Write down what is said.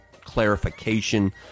clarification